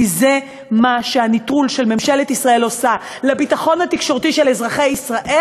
כי זה מה שהנטרול של ממשלת ישראל עושה לביטחון התקשורתי של אזרחי ישראל,